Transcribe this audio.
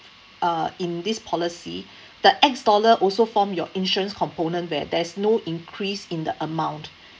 uh in this policy the X dollar also form your insurance component where there's no increase in the amount